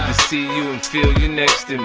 see you and feel you next and